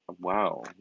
Wow